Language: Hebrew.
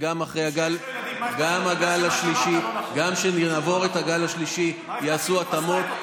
שגם אחרי הגל השלישי וגם כשנעבור את הגל השלישי יעשו התאמות,